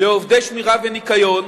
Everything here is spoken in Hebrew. לעובדי שמירה וניקיון,